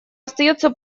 остается